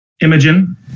Imogen